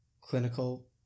clinical